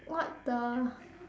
what the